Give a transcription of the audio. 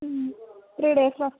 three డేస్లో